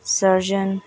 surgeon